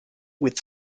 with